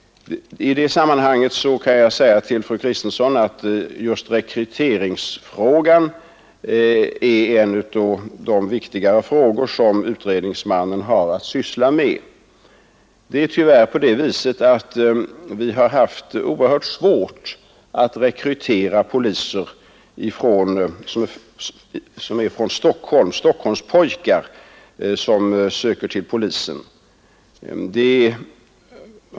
I det sammanhanget kan jag säga till fru Kristensson att just rekryteringsfrågan är en av de viktigare frågor som utredningsmannen har att syssla med. Tyvärr har det varit oerhört svårt att rekrytera Stockholmspojkar till polisen.